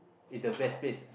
is the best place